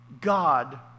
God